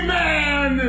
man